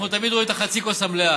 אנחנו תמיד רואים את חצי הכוס המלאה.